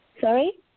Sorry